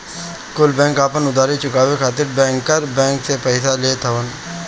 कुल बैंक आपन उधारी चुकाए खातिर बैंकर बैंक से पइसा लेत हवन